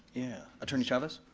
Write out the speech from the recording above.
yeah. attorney chavez?